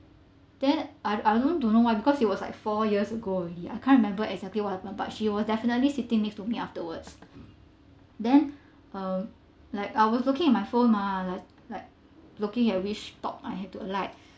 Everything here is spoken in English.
then I I don't don't know why because it was like four years ago already I can't remember exactly what happened but she was definitely sitting next to me afterwards then uh like I was looking at my phone mah like like looking at which stop I had to alight